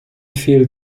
feel